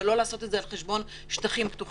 אבל לא לעשות את זה על חשבון שטחים פתוחים.